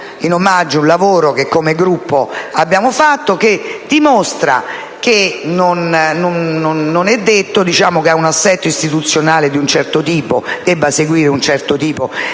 in omaggio un lavoro che come Gruppo abbiamo svolto. Esso dimostra che non è detto che ad un assetto istituzionale di un certo tipo